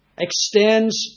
extends